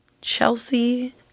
Chelsea